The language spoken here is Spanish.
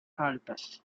altas